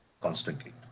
constantly